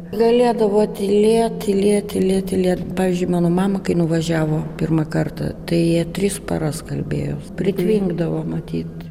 galėdavo tylėt tylėt tylėt tylėt pavyzdžiui mano mama kai nuvažiavo pirmą kartą tai jie tris paras kalbėjos pritvinkdavo matyt